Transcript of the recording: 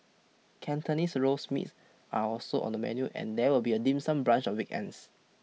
Cantonese roast meats are also on the menu and there will be a dim sum brunch on weekends